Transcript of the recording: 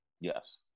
Yes